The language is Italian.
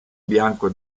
bianco